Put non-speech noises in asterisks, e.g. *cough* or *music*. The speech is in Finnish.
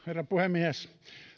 *unintelligible* herra puhemies